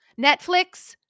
Netflix